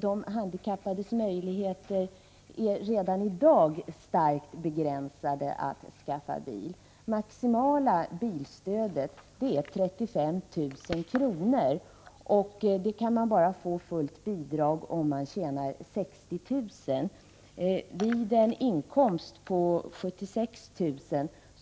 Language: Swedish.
De handikappades möjligheter att skaffa bil är redan i dag starkt begränsade. Det maximala bilstödet är 35 000 kr., och bara den som tjänar upp till 60 000 kr. kan få fullt bidrag. Vid en inkomst på 76 000